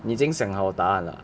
你已经想好答案了 ah